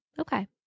Okay